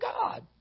God